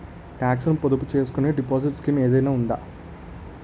Talks ను పొదుపు చేసుకునే డిపాజిట్ స్కీం ఏదైనా ఉందా?